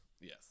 Yes